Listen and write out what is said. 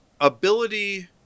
ability